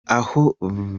aho